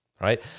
right